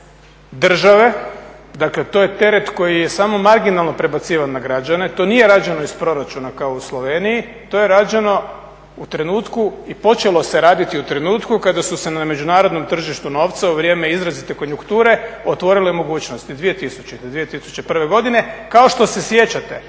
države. Dakle, to je teret koji je samo marginalno prebacivan na građane. To nije rađeno iz proračuna kao u Sloveniji. To je rađeno u trenutku i počelo se raditi u trenutku kada su se na međunarodnom tržištu novca u vrijeme izrazite konjukture otvorile mogućnosti 2000., 2001. godine. Kao što se sjećate